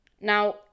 Now